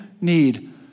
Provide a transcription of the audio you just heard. need